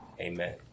Amen